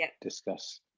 discuss